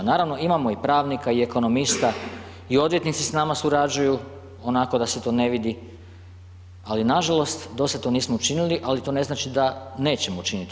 Naravno, imamo i pravnika i ekonomista i odvjetnici s nama surađuju, onako da se to ne vidi, ali nažalost, dosada to nismo učinili, ali to ne znači da nećemo učiniti.